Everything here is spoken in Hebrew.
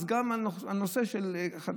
אז גם הנושא של חד-פעמי?